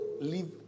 leave